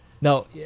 Now